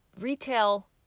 retail